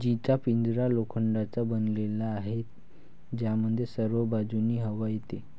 जीचा पिंजरा लोखंडाचा बनलेला आहे, ज्यामध्ये सर्व बाजूंनी हवा येते